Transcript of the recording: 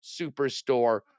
superstore